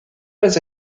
pas